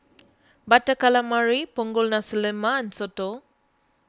Butter Calamari Punggol Nasi Lemak and Soto